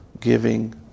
giving